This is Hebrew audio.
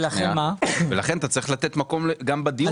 ולכן אתה צריך לתת מקום גם בדיון,